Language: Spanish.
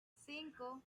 cinco